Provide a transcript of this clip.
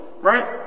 right